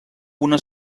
una